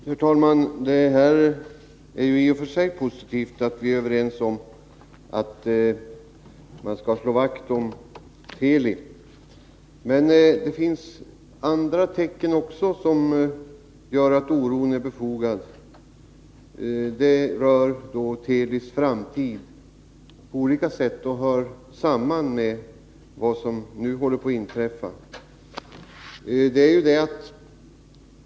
Herr talman! Det är i och för sig positivt att vi är överens om att man skall slå vakt om Teli. Men det finns också andra tecken som gör att oron är befogad. Det gäller Telis framtid och hör samman med vad som nu håller på att inträffa.